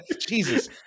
Jesus